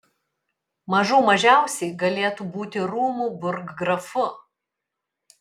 mažų mažiausiai galėtų būti rūmų burggrafu